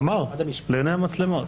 אמר לעיניי המצלמות.